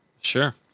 Sure